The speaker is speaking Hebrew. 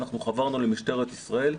חברנו למשטרת ישראל.